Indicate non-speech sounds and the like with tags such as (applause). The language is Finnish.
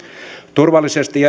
turvallisesti (unintelligible)